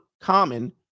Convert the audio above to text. common